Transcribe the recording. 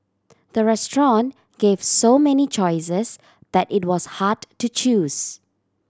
the restaurant gave so many choices that it was hard to choose